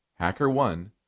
HackerOne